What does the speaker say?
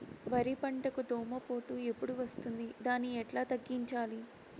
వరి పంటకు దోమపోటు ఎప్పుడు వస్తుంది దాన్ని ఎట్లా తగ్గించాలి?